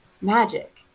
magic